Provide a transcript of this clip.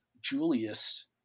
julius